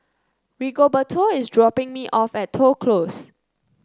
Rigoberto is dropping me off at Toh Close